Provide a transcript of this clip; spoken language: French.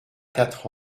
quatre